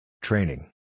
Training